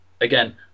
again